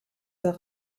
art